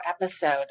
episode